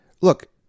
look